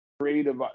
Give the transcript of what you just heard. creative